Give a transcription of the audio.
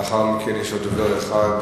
לאחר מכן יש עוד דובר אחד,